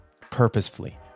purposefully